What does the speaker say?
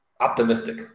optimistic